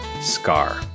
scar